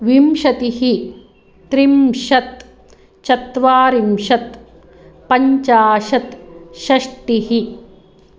विंशतिः त्रिंशत् चत्वारिंशत् पञ्चाशत् षष्टिः